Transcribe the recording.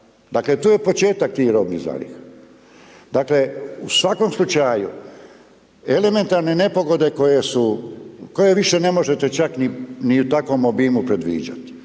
dakle, to je početak tih robnih zaliha. Dakle, u svakom slučaju elementarne nepogode koje više ne možete čak ni u takvom obimu predviđat